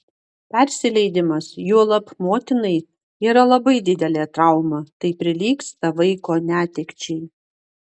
persileidimas juolab motinai yra labai didelė trauma tai prilygsta vaiko netekčiai